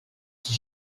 qui